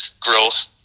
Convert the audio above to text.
growth